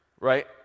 right